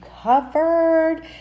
covered